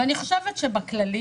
ואני חושב שבכללי